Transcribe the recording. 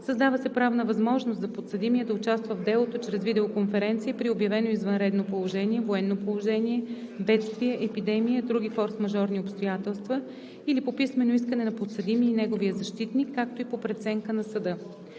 Създава се правна възможност за подсъдимия да участва в делото чрез видеоконференция при обявено извънредно положение, военно положение, бедствие, епидемия, други форсмажорни обстоятелства или по писмено искане на подсъдимия и неговия защитник, както и по преценка на съда.